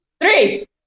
Three